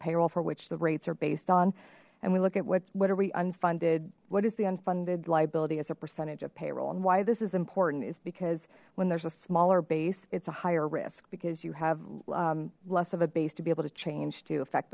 payroll for which the rates are based on and we look at what what are we unfunded what is the unfunded liability as a percentage of payroll and why this is important is because when there's a smaller base it's a higher risk because you have less of a base to be able to change to affect